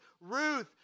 Ruth